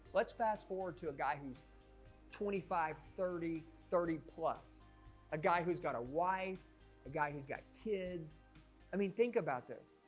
let's fast-forward to a guy who's twenty five thirty thirty plus a guy who's got a wife a guy who's got kids i mean think about this.